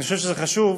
אני חושב שזה חשוב,